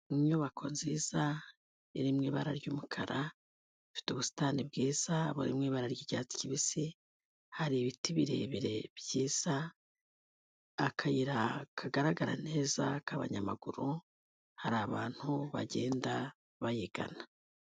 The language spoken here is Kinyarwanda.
Inyubako nziza, iri mu ibara ry'umukara, ifite ubusitani bwiza buri mu ibara ry'cyatsi kibisi, hari ibiti birebire byiza, akayira kagaragara neza k'abanyamaguru, hari abantu bagenda bayigana.